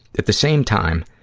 at the same time,